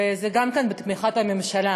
וזה גם כן בתמיכת הממשלה.